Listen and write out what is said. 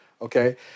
okay